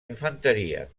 infanteria